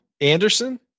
Anderson